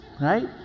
right